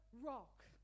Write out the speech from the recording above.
rock